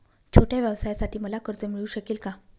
छोट्या व्यवसायासाठी मला कर्ज मिळू शकेल का?